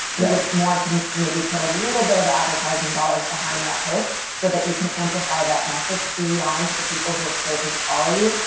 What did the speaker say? you would want to maybe put a little bit of advertising dollars behind that post, so that you can amplify that message beyond the people who have chosen to follow you,